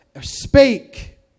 spake